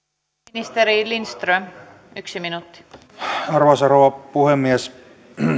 ministeri lindström yksi minuutti arvoisa rouva puhemies